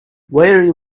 very